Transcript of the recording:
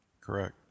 Correct